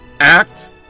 act